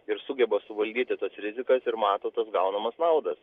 ir sugeba suvaldyti tas rizikas ir mato tas gaunamos naudas